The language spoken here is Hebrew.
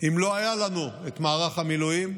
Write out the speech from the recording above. אם לא היה לנו את מערך המילואים,